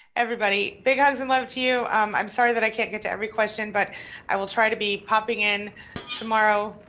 everybody, big hugs and love to you. um i'm sorry, that i can't get to every question, but i will try to be popping in tomorrow,